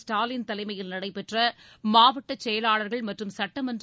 ஸ்டாலின் தலைமையில் நடைபெற்ற மாவட்டச் செயலாளர்கள் மற்றும் சட்டமன்ற